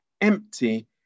empty